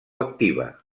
activa